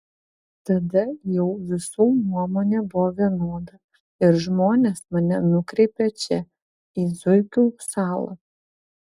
tada jau visų nuomonė buvo vienoda ir žmonės mane nukreipė čia į zuikių salą